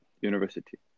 university